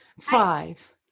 five